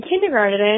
kindergarten